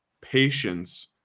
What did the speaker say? patience